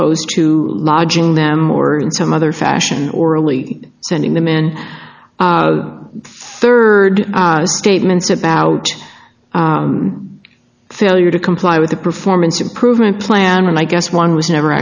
opposed to lodging them or in some other fashion orally sending them in third statements about failure to comply with the performance improvement plan and i guess one was never